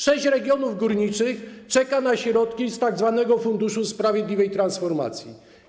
Sześć regionów górniczych czeka na środki z Funduszu Sprawiedliwej Transformacji.